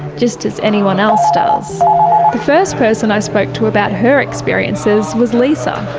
just as anyone else does. the first person i spoke to about her experiences was lisa,